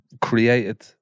created